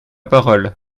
parole